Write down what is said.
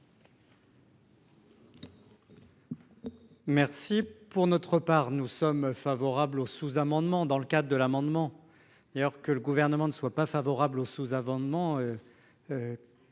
Merci. Pour notre part nous sommes favorables au sous-amendement dans le cadre de l'amendement. Et alors que le gouvernement ne soit pas favorable au sous-amendement.